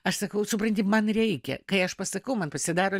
aš sakau supranti man reikia kai aš pasakau man pasidaro